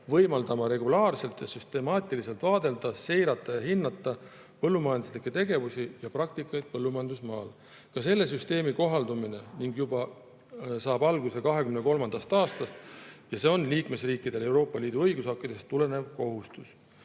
võimaldama regulaarselt ja süstemaatiliselt vaadelda, seirata ja hinnata põllumajanduslikke tegevusi ja praktikaid põllumajandusmaal. Ka selle süsteemi kohaldumine saab alguse 2023. aastast ja see on liikmesriikidele Euroopa Liidu õigusaktidest tulenev kohustus.